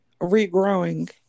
regrowing